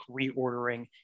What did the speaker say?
reordering